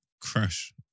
crash